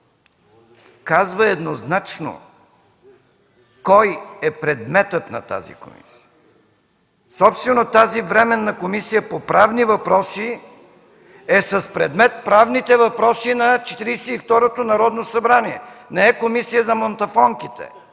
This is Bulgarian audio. казва еднозначно кой е предметът на тази комисия. Собствено тази Временна комисия по правни въпроси е с предмет правните въпроси на Четиридесет и второто Народно събрание, не е Комисия за монтафонките.